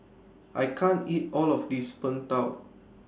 I can't eat All of This Png Tao